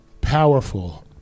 powerful